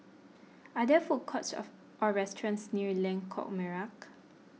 are there food courts of or restaurants near Lengkok Merak